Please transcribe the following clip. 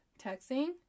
texting